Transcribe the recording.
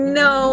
no